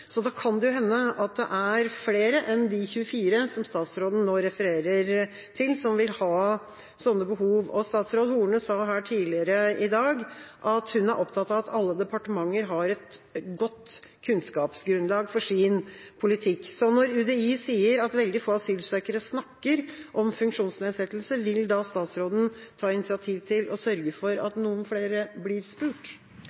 Så da kan det jo hende at det er flere enn de 24 som statsråden nå referer til, som vil ha sånne behov. Statsråd Horne sa her tidligere i dag at hun er opptatt av at alle departementer har et godt kunnskapsgrunnlag for sin politikk. Når UDI sier at veldig få asylsøkere snakker om funksjonsnedsettelse, vil da statsråden ta initiativ til å sørge for at